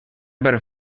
per